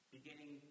Beginning